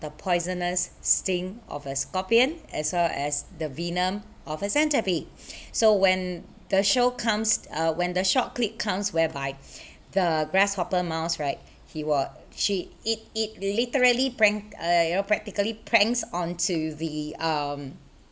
the poisonous sting of a scorpion as well as the venom of a centipede so when the show comes uh when the short clip comes whereby the grasshopper mouse right he wa~ she it it literally prank uh you know practically pranks onto the um